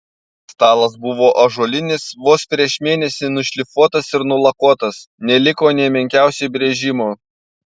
stalas buvo ąžuolinis vos prieš mėnesį nušlifuotas ir nulakuotas neliko nė menkiausio įbrėžimo